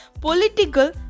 political